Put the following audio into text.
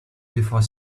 before